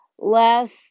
last